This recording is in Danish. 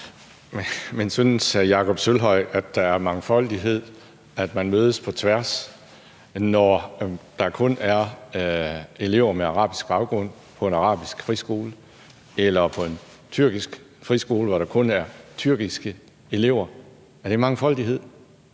Men synes hr. Jakob Sølvhøj, at der er mangfoldighed, og at man mødes på tværs, når der kun er elever med arabisk baggrund på en arabisk friskole eller kun tyrkiske elever på en tyrkisk friskole? Er det mangfoldighed?